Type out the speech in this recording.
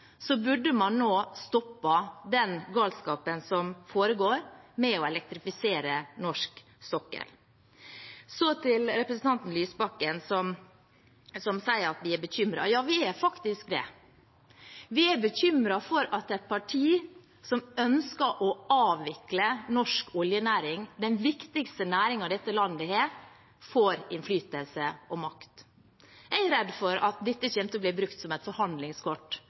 burde man nå stoppe den galskapen som foregår med å elektrifisere norsk sokkel. Så til representanten Lysbakken, som sier at vi er bekymret. Ja, vi er faktisk det. Vi er bekymret for at et parti som ønsker å avvikle norsk oljenæring, den viktigste næringen dette landet har, får innflytelse og makt. Jeg er redd for at dette kommer til å bli brukt som et forhandlingskort